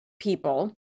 people